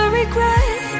regret